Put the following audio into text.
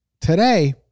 today